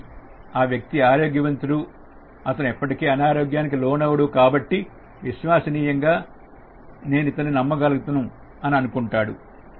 ఈ వ్యక్తి ఆరోగ్యవంతుడు అతను ఎప్పటికీ అనారోగ్యానికి లోనవడు కాబట్టి విశ్వసనీయంగా నేను ఇతన్ని నమ్మగలం అని అనుకుంటారు